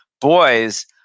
Boys